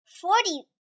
forty